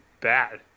bad